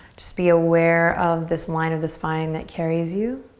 just be aware of this line of the spine that carries you.